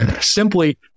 simply